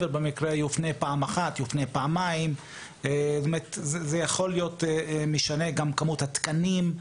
יופנה פעם אחת או פעמיים וגם כמות התקנים.